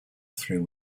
through